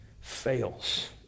fails